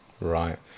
Right